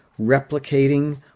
replicating